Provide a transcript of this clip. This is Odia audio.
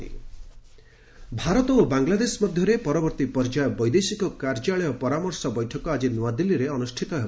ଇଣ୍ଡିଆ ବାଂଲାଦେଶ ଭାରତ ଓ ବାଂଲାଦେଶ ମଧ୍ୟରେ ପରବର୍ତ୍ତୀ ପର୍ଯ୍ୟାୟ ବୈଦେଶିକ କାର୍ଯ୍ୟାଳୟ ପରାମର୍ଶ ବୈଠକ ଆକି ନୂଆଦିଲ୍ଲୀରେ ଅନୁଷ୍ଠିତ ହେବ